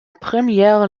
première